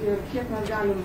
ir kiek mes galim